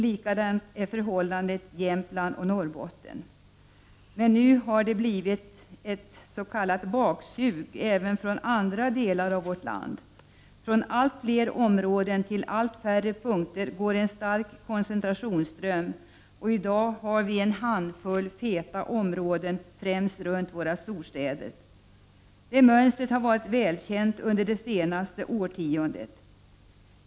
Likadant är förhållandet beträffande Jämtland och Norrbotten. Nu har det blivit ett s.k. baksug även från andra delar av vårt land. Från allt fler områden till allt färre går en stark koncentrationsström, och i dag har vi en handfull feta områden, främst runt våra stor städer. Det mönstret har varit välkänt under det senaste årtiondet.